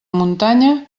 muntanya